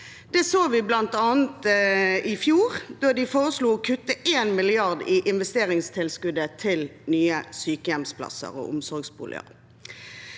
Det så vi bl.a. i fjor, da de foreslo å kutte 1 mrd. kr i investeringstilskuddet til nye sykehjemsplasser og omsorgsboliger.